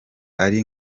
ari